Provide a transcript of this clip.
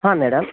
ಹಾಂ ಮೇಡಮ್